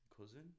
cousin